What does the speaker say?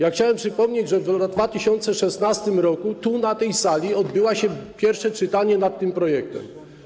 Ja chciałem przypomnieć, że w 2016 r. tu, na tej sali, odbyło się pierwsze czytanie tego projektu.